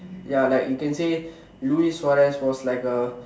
ya like you can say Luis-Suarez was like a